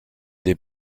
des